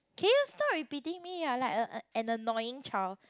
can you stop repeating me you're like a a an annoying child